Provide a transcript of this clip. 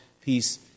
peace